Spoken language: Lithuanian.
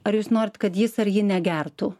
ar jūs norit kad jis ar ji negertų